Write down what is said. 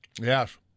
Yes